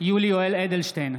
יולי יואל אדלשטיין,